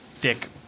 dick